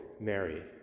mary